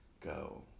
go